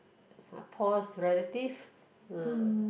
if ah Paul's relative uh